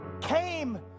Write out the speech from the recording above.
came